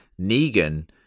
Negan